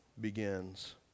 begins